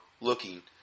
looking